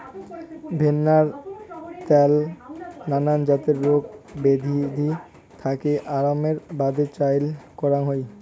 ভেন্নার ত্যাল নানান জাতের রোগ বেয়াধি থাকি আরামের বাদে চইল করাং হই